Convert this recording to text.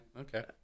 Okay